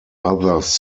others